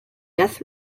death